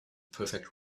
perfect